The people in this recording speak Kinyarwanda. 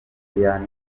diana